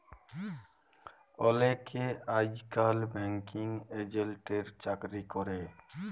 অলেকে আইজকাল ব্যাঙ্কিং এজেল্টের চাকরি ক্যরে